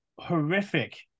horrific